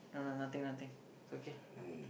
no lah nothing nothing it's okay